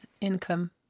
income